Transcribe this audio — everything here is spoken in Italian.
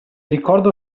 ricordo